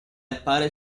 appare